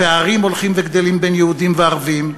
פערים הולכים וגדלים בין יהודים וערבים,